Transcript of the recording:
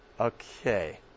Okay